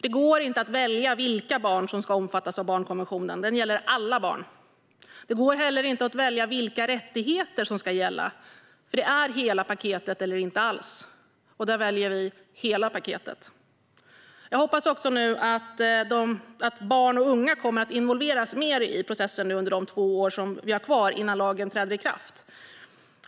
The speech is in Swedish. Det går inte att välja vilka barn som ska omfattas av barnkonventionen. Den gäller alla barn. Det går inte heller att välja vilka rättigheter som ska gälla. Det handlar om hela paketet eller inget alls. Där väljer vi hela paketet. Jag hoppas att barn och unga nu kommer att involveras mer i processen under de två år som vi har kvar innan lagen träder i kraft.